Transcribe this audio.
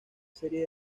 serie